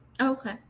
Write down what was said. okay